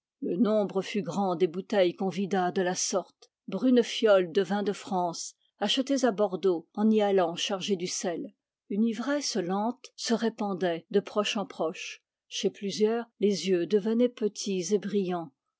le nombre fut grand des bouteilles qu'on vida de la sorte brunes fioles de vin de france achetées à bordeaux en y allant charger du sel une ivresse lente se répandait de proche en proche chez plusieurs les yeux devenaient petits et brillants